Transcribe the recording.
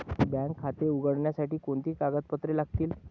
Bank खाते उघडण्यासाठी कोणती कागदपत्रे लागतील?